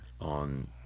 on